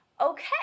okay